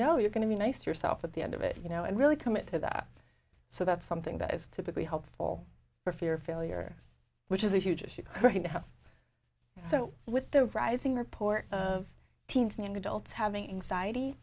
know you're going to be nice to yourself at the end of it you know and really commit to that so that's something that is typically helpful for fear of failure which is a huge issue right now so with the rising report of teens and adults having anxiety